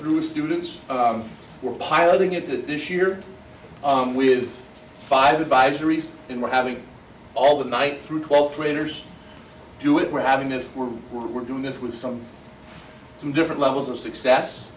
through students were piloting it this year with five advisories and we're having all the night through twelfth graders do it we're having this we're we're doing this with some some different levels of success